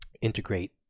integrate